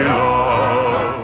love